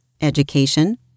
education